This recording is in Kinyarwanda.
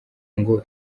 ngo